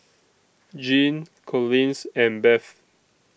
Jeanne Collins and Bev